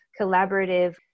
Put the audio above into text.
collaborative